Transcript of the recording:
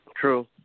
True